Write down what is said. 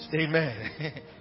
Amen